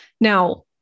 Now